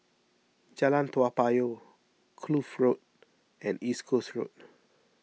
Jalan Toa Payoh Kloof Road and East Coast Road